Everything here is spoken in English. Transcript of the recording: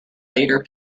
leader